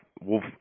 wolf